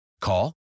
Call